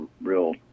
real